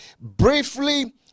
briefly